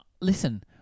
listen